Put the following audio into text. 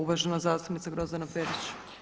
Uvažena zastupnica Grozdana Perić.